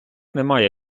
немає